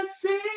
see